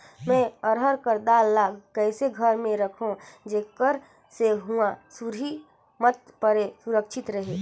मैं अरहर कर दाल ला कइसे घर मे रखों जेकर से हुंआ सुरही मत परे सुरक्षित रहे?